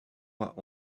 mois